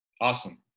awesome